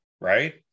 right